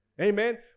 Amen